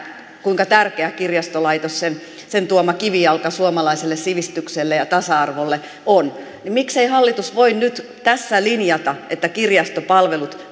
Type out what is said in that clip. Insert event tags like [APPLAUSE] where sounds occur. kuinka tärkeä kirjastolaitos sen sen tuoma kivijalka suomalaiselle sivistykselle ja tasa arvolle on niin miksei hallitus voi nyt tässä linjata että kirjastopalvelut [UNINTELLIGIBLE]